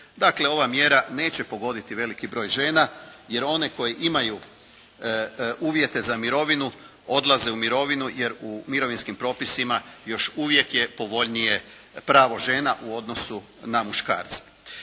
Dakle ova mjera neće pogoditi veliki broj žena jer one koje imaju uvjete za mirovinu odlaze u mirovinu jer u mirovinskim propisima još uvijek je povoljnije pravo žena u odnosu na muškarce.